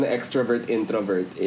Extrovert-introvert